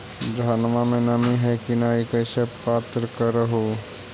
धनमा मे नमी है की न ई कैसे पात्र कर हू?